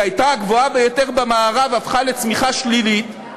שהייתה הגבוהה ביותר במערב, הפכה לצמיחה שלילית,